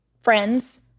friends